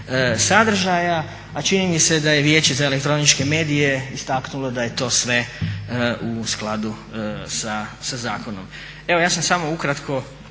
sadržaja, a čini mi se da je Vijeće za elektroničke medije istaknulo da je to sve u skladu sa zakonom. Evo ja sam samo ukratko